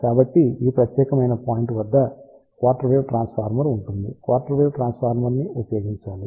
కాబట్టి ఈ ప్రత్యేకమైన పాయింట్ వద్ద క్వార్టర్ వేవ్ ట్రాన్స్ఫార్మర్ ఉంటుంది క్వార్టర్ వేవ్ ట్రాన్స్ఫార్మర్ను ఉపయోగించాలి